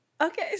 Okay